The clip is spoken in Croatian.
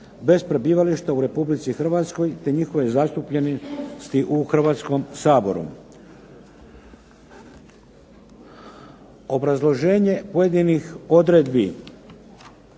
bez prebivališta u RH te njihove zastupljenosti u Hrvatskom saboru. Obrazloženje pojedinih odredbi